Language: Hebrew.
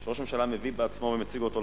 שראש הממשלה מביא בעצמו ומציג אותו לכנסת,